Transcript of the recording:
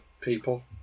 people